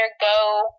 go